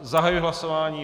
Zahajuji hlasování.